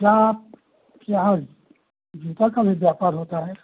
क्या आप के यहाँ जूता का भी व्यापार होता है